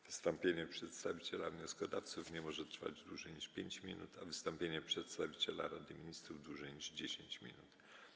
Wystąpienie przedstawiciela wnioskodawców nie może trwać dłużej niż 5 minut, a wystąpienie przedstawiciela Rady Ministrów - dłużej niż 10 minut.